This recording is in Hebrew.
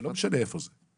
ולא משנה איפה זה,